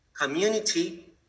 community